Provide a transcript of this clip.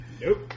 Nope